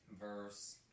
verse